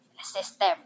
system